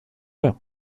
det